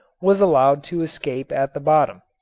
was allowed to escape at the bottom.